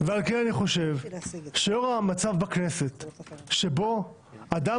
ועל כן אני חושב שלאור המצב בכנסת שבו אדם